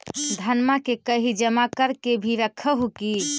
धनमा के कहिं जमा कर के भी रख हू की?